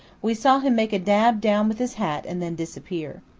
we saw him make a dab down with his hat and then disappear.